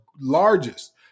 largest